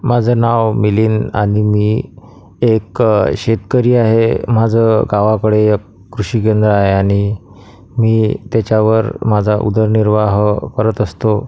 माझं नाव मिलिंद आणि मी एक शेतकरी आहे माझं गावाकडे एक कृषिकेंद्र आहे आणि मी त्याच्यावर माझा उदरनिर्वाह करत असतो